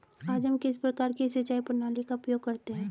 आज हम किस प्रकार की सिंचाई प्रणाली का उपयोग करते हैं?